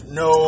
no